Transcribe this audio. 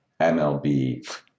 MLB